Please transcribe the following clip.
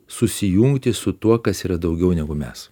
susijungti su tuo kas yra daugiau negu mes